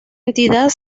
entidad